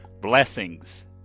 Blessings